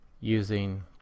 using